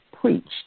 preached